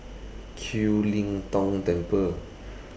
Kiew Tong Temple